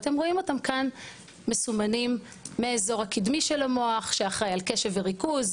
אתם רואים אותם כאן מסומנים מאזור הקדמי של המוח שאחראי על קשב וריכוז,